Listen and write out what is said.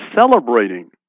celebrating